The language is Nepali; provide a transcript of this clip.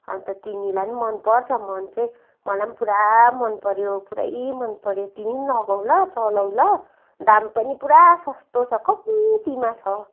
अन्त तिमीलाई पनि मनपर्छ मन चाहिँ मलाई पनि पुरा मनपऱ्यो पुरै मनपऱ्यो तिमी नि लगाऊ ल चलाऊ ल दाम पनि पुरा सस्तो छ कम्तीमा छ